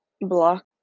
block